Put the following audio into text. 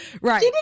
Right